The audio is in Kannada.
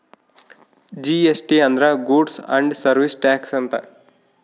ಜಿ.ಎಸ್.ಟಿ ಅಂದ್ರ ಗೂಡ್ಸ್ ಅಂಡ್ ಸರ್ವೀಸ್ ಟಾಕ್ಸ್ ಅಂತ